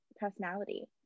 personality